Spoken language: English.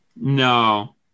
No